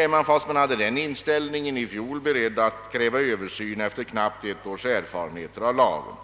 att man i fjol hade denna inställning är man nu beredd att kräva en översyn efter knappt ett års erfarenheter av lagen.